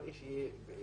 14:35)